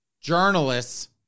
journalists